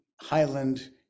Highland